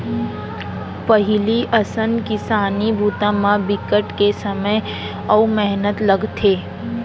पहिली असन किसानी बूता म बिकट के समे अउ मेहनत लगथे